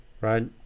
right